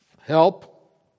help